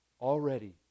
Already